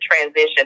transition